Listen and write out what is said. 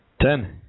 Ten